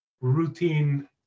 routine